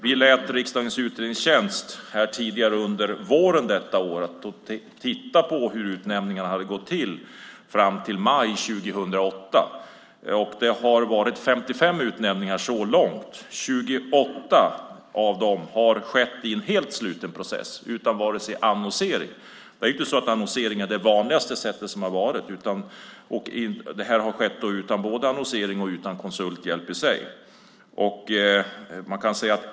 Vi lät riksdagens utredningstjänst under våren detta år titta på hur utnämningarna hade gått till fram till maj 2008. Det hade varit 55 utnämningar så långt. 28 av dem skedde i en helt sluten process utan vare sig annonsering, som inte varit det vanligaste sättet, eller konsulthjälp.